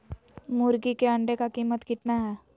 मुर्गी के अंडे का कीमत कितना है?